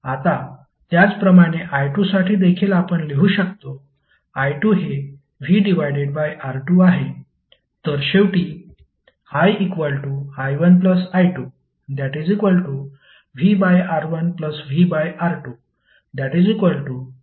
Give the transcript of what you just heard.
आता त्याचप्रमाणे i2 साठी देखील आपण लिहू शकतो i2 हे vR2 आहे